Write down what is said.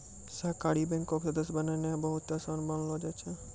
सहकारी बैंको के सदस्य बननाय बहुते असान मानलो जाय छै